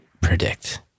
predict